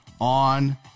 on